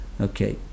Okay